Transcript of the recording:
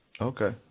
Okay